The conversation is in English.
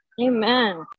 Amen